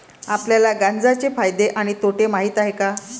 आपल्याला गांजा चे फायदे आणि तोटे माहित आहेत का?